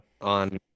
On